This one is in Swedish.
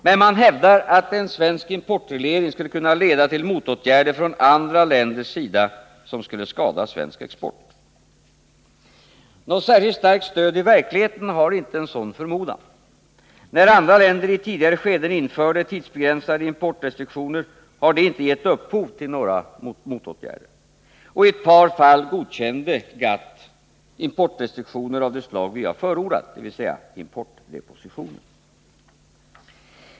Men man hävdar att en svensk importreglering skulle kunna leda till motåtgärder från andra länder som skulle skada svensk export. Något särskilt starkt stöd i verkligheten har inte en sådan förmodan. När andra länder i tidigare skeden infört tidsbegränsade importrestriktioner har det inte gett upphov till några motåtgärder. I ett par fall godkände GATT importrestriktioner av det slag vi har förordat, dvs. importdepositioner.